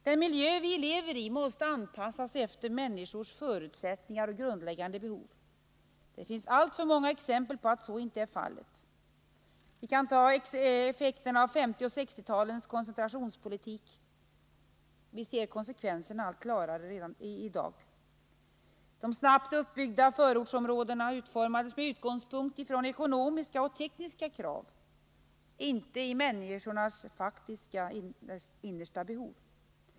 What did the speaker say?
Den miljö vi lever i måste anpassas efter människors förutsättningar och grundläggande behov. Det finns alltför många exempel på att så inte är fallet. Effekterna av 1950 och 1960-talens koncentrationspolitik visar sig nu allt klarare. De snabbt uppbyggda förortsområdena utformades med utgångspunkt i ekonomiska och tekniska krav, inte i människornas faktiska och innersta behov.